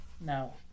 no